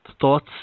thoughts